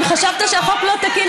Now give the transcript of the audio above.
אם חשבת שהחוק לא תקין,